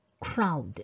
crowd